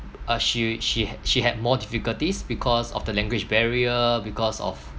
uh she she had she had more difficulties because of the language barrier because of